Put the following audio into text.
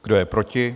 Kdo je proti?